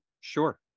sure